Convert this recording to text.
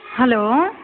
hello